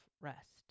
rest